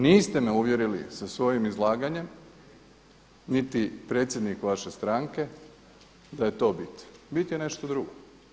Niste me uvjerili sa svojim izlaganjem niti predsjednik vaše stranke da je to bit, bit je nešto drugo.